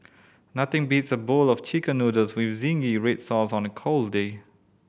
nothing beats a bowl of Chicken Noodles with zingy red sauce on a cold day